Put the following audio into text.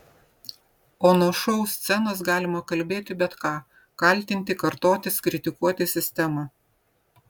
o nuo šou scenos galima kalbėti bet ką kaltinti kartotis kritikuoti sistemą